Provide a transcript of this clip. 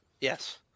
Yes